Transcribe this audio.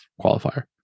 qualifier